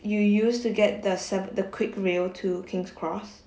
you use to get the se~ the quick rail to king's cross